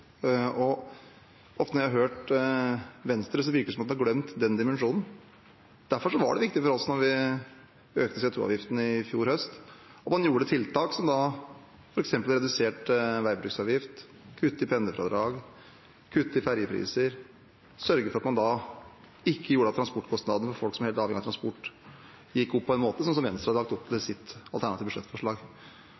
jeg hører på Venstre, virker det ofte som man har glemt den dimensjonen. Derfor var det viktig for oss da vi økte CO 2 -avgiften i fjor høst, at man gjorde tiltak som f.eks. redusert veibruksavgift, gjorde noe med kuttet i pendlerfradraget, at vi fikk kuttet i ferjepriser og sørget for at man ikke gjorde at transportkostnadene for folk som er helt avhengig av transport, gikk opp på den måten som Venstre hadde lagt opp til